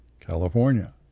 California